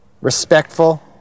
respectful